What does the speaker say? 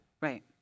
Right